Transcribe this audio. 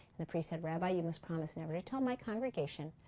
the priest said, rabbi, you must promise never to tell my congregation,